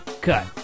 cut